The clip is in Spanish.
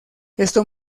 esto